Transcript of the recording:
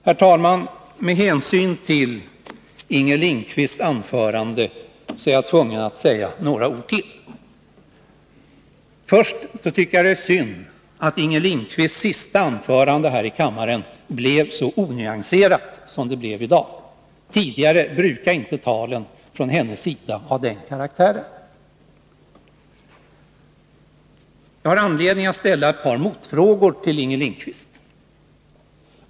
Herr talman! Med hänsyn till Inger Lindquists anförande är jag tvungen att säga några ord till. Först tycker jag att det är synd att Inger Lindquists sista anförande här i kammaren blev så onyanserat som det blev i dag. Tidigare brukade inte anförandena från hennes sida ha den karaktären. Jag har anledning att ställa ett par motfrågor till Inger Lindquist.